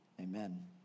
Amen